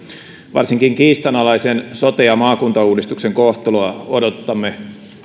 varsinkin kiistanalaisen sote ja maakuntauudistuksen kohtaloa odotamme